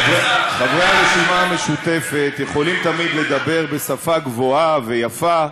חברי הרשימה המשותפת יכולים תמיד לדבר בשפה גבוהה ויפה,